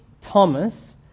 Thomas